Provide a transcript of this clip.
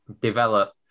develop